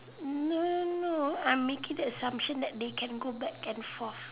no no I'm making the assumption that they can go back and forth